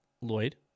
Lloyd